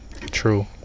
True